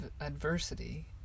adversity